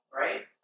right